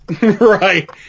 Right